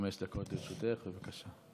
חמש דקות לרשותך, בבקשה.